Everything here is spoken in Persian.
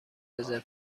رزرو